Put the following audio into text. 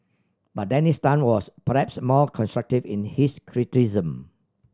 but Dennis Tan was perhaps more constructive in his criticisms